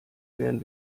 werden